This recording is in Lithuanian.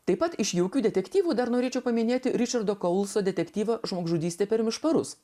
taip pat iš jaukių detektyvų dar norėčiau paminėti ričardo koulso detektyvą žmogžudystė per košmarus